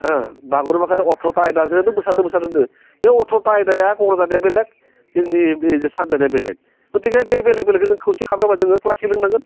होह बागुरुम्बाखौनो अथ्र'था आयदाजोंनो मोसानो मोसानो होनदों बे अथ्र'था आयदाया क'क्राझारनिया बेलेग जोंनि बे सानजानिया बेलेग गथिखे बे बेलेग बेलेगखौ जों खौसे खालामनांगौबा जोङो क्लासिकेल रोंनांगोन